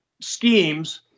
schemes